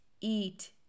eat